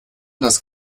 das